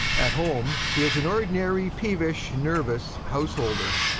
at home he is an ordinary peevish nervous householder.